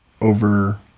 Over